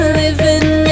living